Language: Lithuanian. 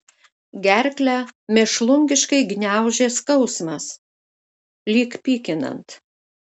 gerklę mėšlungiškai gniaužė skausmas lyg pykinant